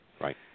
Right